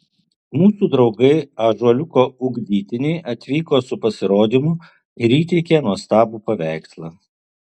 mūsų draugai ąžuoliuko ugdytiniai atvyko su pasirodymu ir įteikė nuostabų paveikslą